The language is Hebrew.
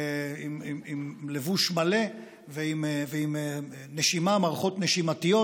עם לבוש מלא ועם מערכות נשימתיות.